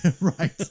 Right